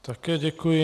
Také děkuji.